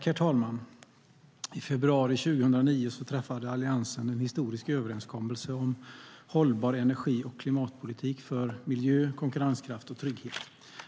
Herr talman! I februari 2009 träffade Alliansen en historisk överenskommelse om en hållbar energi och klimatpolitik för miljö, konkurrenskraft och trygghet.